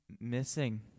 missing